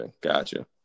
Gotcha